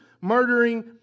murdering